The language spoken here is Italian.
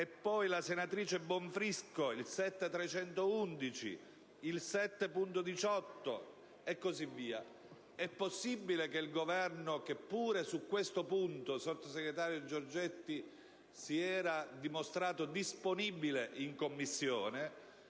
anche l'emendamento 7.18, e così via. È possibile che il Governo, che pure su questo punto, sottosegretario Giorgetti, si era dimostrato disponibile in Commissione,